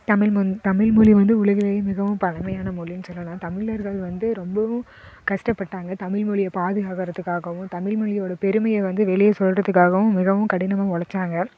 தமிழ் மொழி தமிழ் மொழி வந்து உலகிலயே மிகவும் பழமையான மொழி சொல்லலாம் தமிழர்கள் வந்து ரொம்பவும் கஷ்டப்பட்டாங்க தமிழ் மொழிய பாதுகாக்கிறதுக்காகவும் தமிழ் மொழியோட பெருமையை வந்து வெளியே சொல்கிறதுக்காகவும் மிகவும் கடினமாக ஒழைச்சாங்க